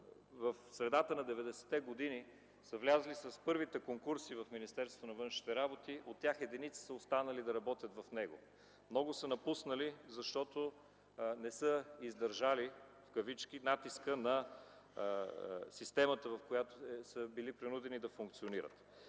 в средата на 90-те години са влезли с първите конкурси в Министерството на външните работи, са останали да работят единици. Много са напуснали, защото не са издържали „натиска” на системата, в която са били принудени да функционират.